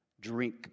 drink